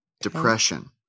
depression